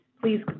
please